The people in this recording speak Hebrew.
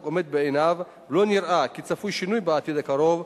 עומד בעינו ולא נראה כי צפוי שינוי בעתיד הקרוב,